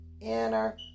Inner